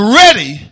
ready